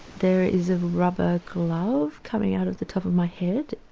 there is a rubber glove coming out of the top of my head.